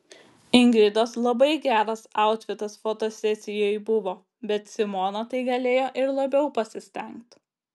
ingridos labai geras autfitas fotosesijoj buvo bet simona tai galėjo ir labiau pasistengt